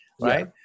right